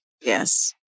Yes